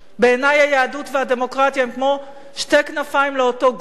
בעיני היהדות והדמוקרטיה הן כמו שתי כנפיים לאותו גוף